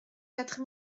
quatre